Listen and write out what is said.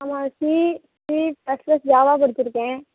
ஆமாம் C C plus plus Java படிச்சிருக்கேன்